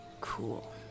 Cool